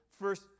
first